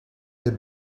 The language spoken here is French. est